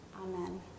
Amen